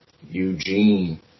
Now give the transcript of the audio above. Eugene